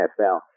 NFL